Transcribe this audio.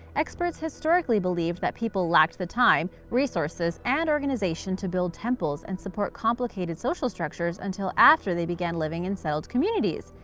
experts historically believed that people lacked the time, time, resources, and organization to build temples and support complicated social structures until after they began living in settled communities.